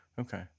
okay